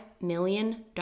million